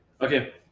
Okay